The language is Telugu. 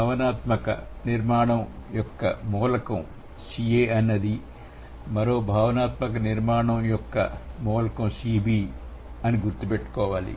భావనాత్మక నిర్మాణం యొక్క మూలకం Ca అనేది మరో భావనాత్మక నిర్మాణం యొక్క మూలకం Cb అని గుర్తుపెట్టుకోవాలి